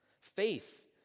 Faith